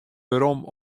werom